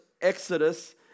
Exodus